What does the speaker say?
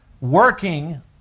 working